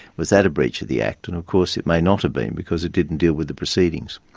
was that a breach of the act? and of course it may not have been because it didn't deal with the proceedings.